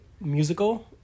musical